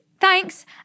thanks